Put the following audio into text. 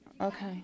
okay